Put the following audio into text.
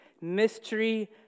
Mystery